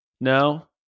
No